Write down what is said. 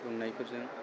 बुंनायफोरजों